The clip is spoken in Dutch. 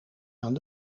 aan